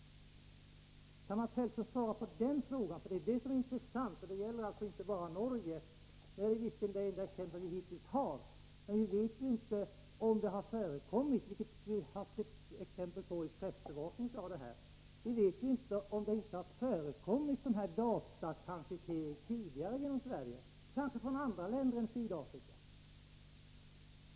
Kan Mats Hellström svara på den frågan? Det är ju det som är intressant. Det gäller alltså inte bara Norge. Det är visserligen det enda exempel vi hittills har, men vi vet ju inte om det har förekommit — vilket det har getts cxempel på vid pressbevakningen av den här affären — sådan datatransitering tidigare genom Sverige, kanske från andra länder än Sydafrika.